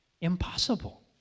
impossible